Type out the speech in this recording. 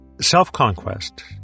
Self-conquest